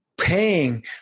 paying